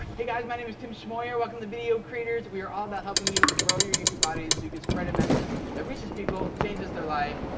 hey guys, my name is tim schmoyer. welcome to video creators. we are all about helping you grow your youtube audience so you can spread a message that reaches people, changes their life.